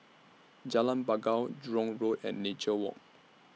Jalan Bangau Jurong Road and Nature Walk